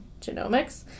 genomics